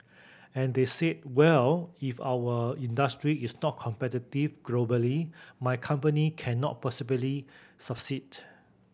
and they said well if our industry is not competitive globally my company cannot possibly succeed